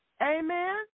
Amen